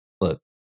look